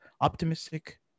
optimistic